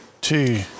two